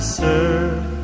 serve